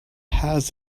has